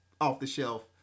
off-the-shelf